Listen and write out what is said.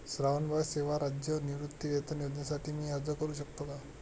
श्रावणबाळ सेवा राज्य निवृत्तीवेतन योजनेसाठी मी अर्ज करू शकतो का?